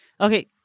Okay